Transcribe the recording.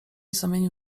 zamienił